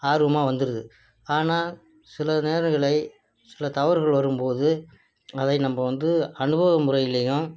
ஆர்வமாக வந்திருது ஆனால் சில நேரங்களில் சில தவறுகள் வரும் போது அதை நம்ம வந்து அனுபவ முறையிலையும்